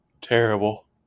Terrible